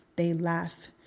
they laugh.